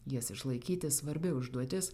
jas išlaikyti svarbi užduotis